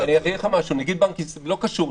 זה לא קשור.